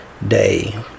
day